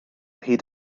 hyd